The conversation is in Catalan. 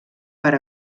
per